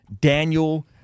Daniel